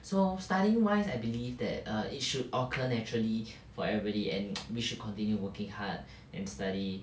so studying wise I believe that are it should occur naturally for everybody and we should continue working hard and study